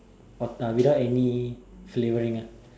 oh uh without any flavouring ah